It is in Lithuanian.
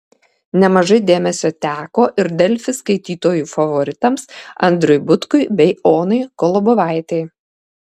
nemažai dėmesio teko ir delfi skaitytojų favoritams andriui butkui bei onai kolobovaitei